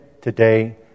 today